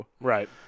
Right